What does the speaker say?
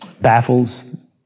baffles